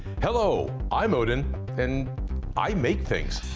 hello i'm odin and i make things.